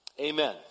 Amen